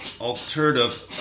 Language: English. alternative